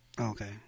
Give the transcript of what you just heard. Okay